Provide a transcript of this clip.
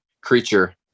creature